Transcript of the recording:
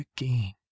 again